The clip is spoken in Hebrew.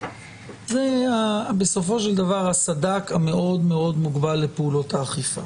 זה בסופו של דבר הסד"כ המאוד מוגבל לפעולות האכיפה.